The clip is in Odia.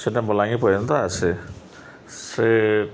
ସେଇଟା ବଲାଙ୍ଗିର ପର୍ଯ୍ୟନ୍ତ ଆସେ ସେ